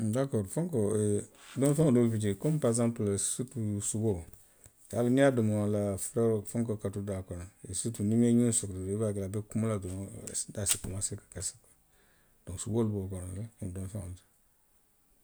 Dakoori, fenkoo domofeŋo doolu bi jee. komiŋ parekisanpulu siritu suboo. i ye a loŋ niŋ i ye a domo. a la feroo, fenkoo ka tu daa kono le, siritu niŋ i maŋ i ňiŋo sokoti i be a je la a be kumu la doroŋ, a daa se komaasee ka kasa, suboo be wolu kono le aniŋ domofeŋo doolu